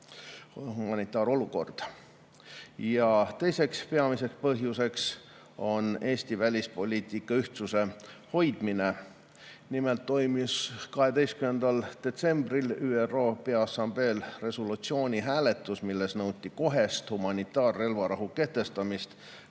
Gaza sektoris ja teiseks peamiseks põhjuseks on Eesti välispoliitika ühtsuse hoidmine. Nimelt toimus 12. detsembril ÜRO Peaassambleel hääletus resolutsiooni üle, milles nõuti kohest humanitaarrelvarahu kehtestamist